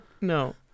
no